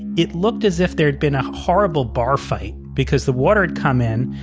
it looked as if there had been a horrible bar fight because the water had come in,